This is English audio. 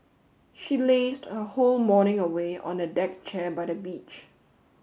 she lazed her whole morning away on a deck chair by the beach